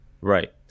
Right